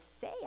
say